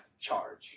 charge